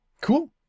Cool